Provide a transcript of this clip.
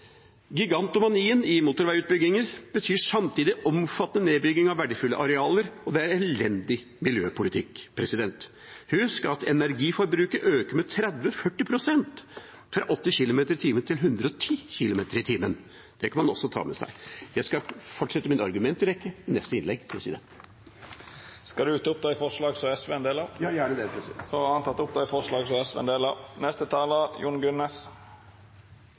Gigantomanien i motorveiutbygginger betyr samtidig omfattende nedbygging av verdifulle arealer, og det er elendig miljøpolitikk. Husk at energiforbruket øker med 30–40 pst. fra 80 km/t til 110 km/t. Det kan man også ta med seg. Jeg skal fortsette min argumentrekke i neste innlegg. Skal representanten ta opp forslaget frå SV? Ja. Då har representanten Arne Nævra teke opp forslaget frå SV. Venstre har stor respekt for avtaler og tidligere vedtak vi har vært med på. Da Nye Veier ble opprettet, fikk de samtidig en portefølje der de